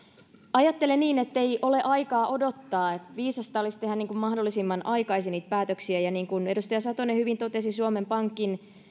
ajattelen niin ettei ole aikaa odottaa viisasta olisi tehdä mahdollisimman aikaisin niitä päätöksiä ja niin kuin edustaja satonen hyvin totesi suomen pankin